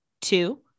two